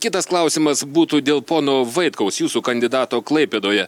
kitas klausimas būtų dėl pono vaitkaus jūsų kandidato klaipėdoje